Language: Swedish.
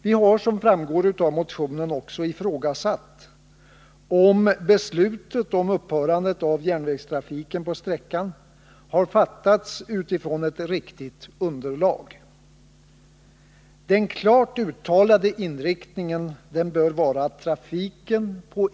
Vi har som framgår av motionen också ifrågasatt om beslutet om upphörandet av järnvägstrafiken på sträckan har fattats på ett riktigt underlag. Herr talman!